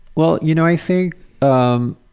well, you know, i think um